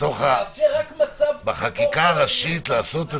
אתה עכשיו רוצה לאפשר רק מצב --- בחקיקה הראשית לעשות את זה?